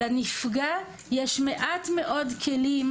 לנפגע יש מעט מאוד כלים